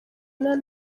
nari